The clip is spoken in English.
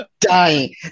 dying